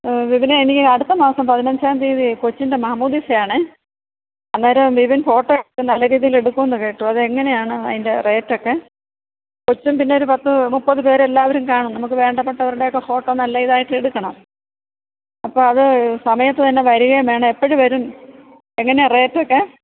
ബിബിനേ എനിക്കടുത്തമാസം പതിനഞ്ചാം തീയതി കൊച്ചിൻ്റെ മാമോദീസയാണ് അന്നേരം ബിബിൻ ഫോട്ടോയെടുക്കും നല്ല രീതീൽ എടുക്കുന്ന് കേട്ടു അതെങ്ങനെയാണ് അതിൻ്റെ റേറ്റൊക്കെ കൊച്ചും പിന്നെ ഒരു പത്ത് മുപ്പത് പേര് എല്ലാവരും കാണും നമുക്ക് വേണ്ടപ്പെട്ടവരുടെയൊക്കെ ഫോട്ടോ നല്ല ഇതായിട്ട് എടുക്കണം അപ്പോൾ അത് സമയത്തന്നെ വരികേം വേണം എപ്പോൾ വരും എങ്ങനാണ് റേറ്റൊക്കെ